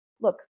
look